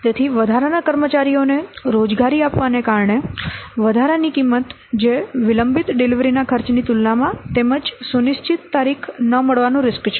તેથી વધારાના કર્મચારીઓને રોજગારી આપવાને કારણે વધારાની કિંમત જે વિલંબિત ડિલિવરીના ખર્ચની તુલનામાં તેમજ સુનિશ્ચિત તારીખ ન મળવાનું રીસ્ક છે